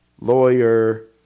lawyer